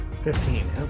Fifteen